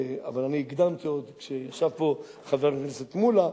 אבל אני הקדמתי, עוד כשישב פה חבר הכנסת מולה,